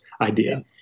idea